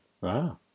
Wow